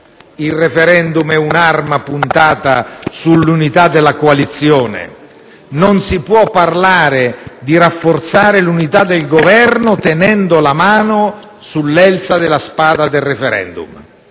Il*referendum* è un'arma puntata sull'unità della coalizione. Non si può parlare di rafforzare l'unità del Governo tenendo la mano sull'elsa della spada del *referendum*.